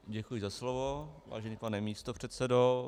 Děkuji za slovo, vážený pane místopředsedo.